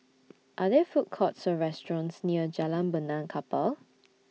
Are There Food Courts Or restaurants near Jalan Benaan Kapal